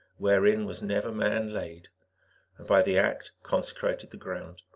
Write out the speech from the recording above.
wherein was never man laid, and by the act consecrated the ground.